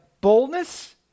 boldness